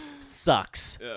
sucks